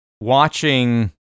watching